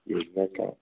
जैसा का